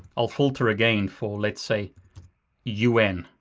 i'll filter again for, let's say un,